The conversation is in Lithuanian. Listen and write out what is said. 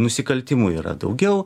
nusikaltimų yra daugiau